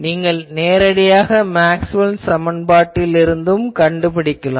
நீங்கள் நேரடியாக மேக்ஸ்வெல் சமன்பாட்டில் இருந்தும் கண்டுபிடிக்கலாம்